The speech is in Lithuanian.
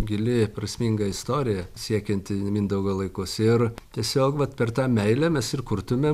gili prasminga istorija siekianti mindaugo laikus ir tiesiog vat per tą meilę mes ir kurtumėm